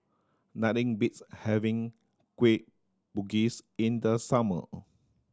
nothing beats having Kueh Bugis in the summer